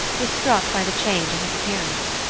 was struck by the change in his appearance.